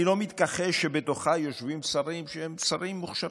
אני לא מתכחש שבתוכה יושבים שרים מוכשרים.